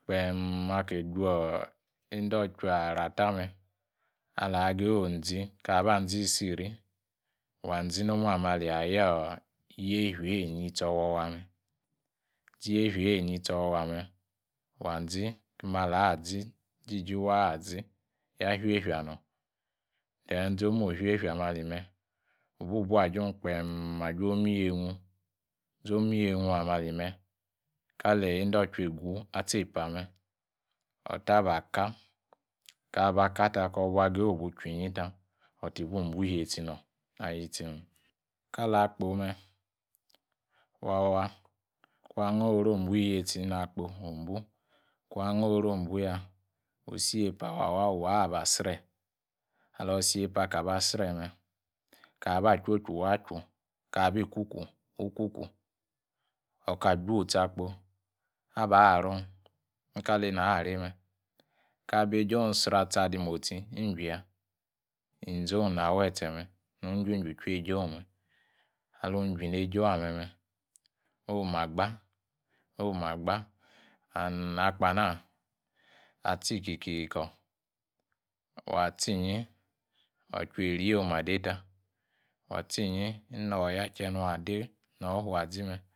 . kpe'm akaju yende ocutua arata alagaye onzi ka ba nzi isiri wa nzi onwa- me ahia yor yefia ‘yi ni yistsi owowa'yi wanzi ijiji wa'azi na fia yefia nor then zomu ofia'yefia alime wubu bwajun kpee'm ajwomu yeinwu, omu yeinnwu alime kali yeinde otchwa egwe atsi epa ota ba kaa'korba kaa'ta kor ba gaye ochu- nyita oti'mbu iyetsi nor ali yistsi nom. Kali akpo- me, wa wa'kw angoor korw o'bu iyetsi na akpo wumbu kun angoor korw ombuya wwsi yiepa awa ba sre. Alawo isi yiepa akabar sre me. ka ba chochw wa chu, ka bi cocu’ alkah jwotsi akpo aba rune nkali na’ reme ’ ka’ baiejie isri awumotsi iywiya inzi- own na'wetseme nwi ijwijwi injwi ejei me’ abarome agba arome agba and akpo ana atsi- ikiko. wa tsinyi octwa eri omadeta. wa tsinyi oya'kiye nwa de onorfwazime.